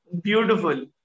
Beautiful